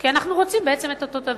כי אנחנו רוצים בעצם את אותו הדבר.